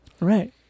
Right